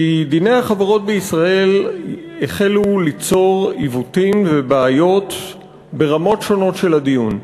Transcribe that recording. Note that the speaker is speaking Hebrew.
כי דיני החברות בישראל החלו ליצור עיוותים ובעיות ברמות שונות של הדיון,